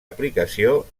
aplicació